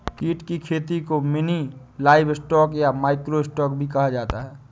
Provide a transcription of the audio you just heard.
कीट की खेती को मिनी लाइवस्टॉक या माइक्रो स्टॉक भी कहा जाता है